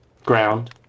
ground